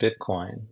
Bitcoin